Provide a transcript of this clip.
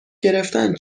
گرفتن